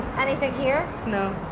anything here? no.